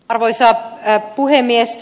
arvoisa puhemies